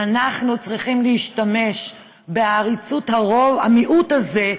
אנחנו צריכים להשתמש בעריצות המיעוט הזה,